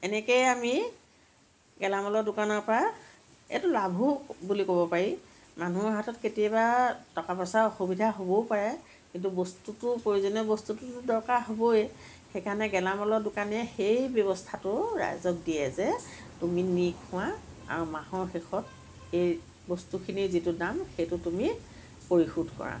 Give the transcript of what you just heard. এনেকেই আমি গেলামালৰ দোকানৰ পৰা এইটো লাভো বুলি ক'ব পাৰি মানুহৰ হাতত কেতিয়াবা টকা পইচাৰ অসুবিধা হ'বও পাৰে কিন্তু বস্তুটো প্ৰয়োজনীয় বস্তুটোতো দৰকাৰ হ'বই সেই কাৰণে গেলামালৰ দোকানীয়ে সেই ব্যৱস্থাটো ৰাইজক দিয়ে যে তুমি নি খোৱা আৰু মাহৰ শেষত এই বস্তুখিনি যিটো দাম সেইটো তুমি পৰিশোধ কৰা